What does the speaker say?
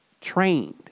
trained